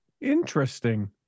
Interesting